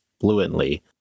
fluently